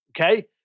okay